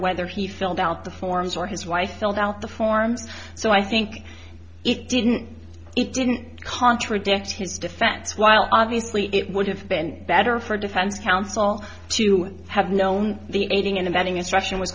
whether he filled out the forms or his wife filled out the forms so i think it didn't it didn't contradict his defense while obviously it would have been better for defense counsel to have known the aiding and abetting instruction w